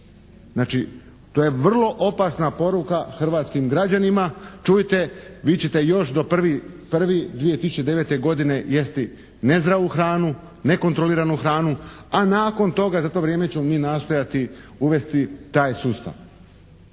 Znači to je vrlo opasna poruka hrvatskim građanima, čujte vi ćete još do 1.1.2009. godine jesti nezdravu hranu, nekontroliranu hranu, a nakon toga, za to vrijeme ćemo mi nastojati uvesti taj sustav.